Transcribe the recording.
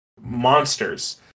monsters